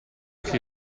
chi